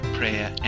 prayer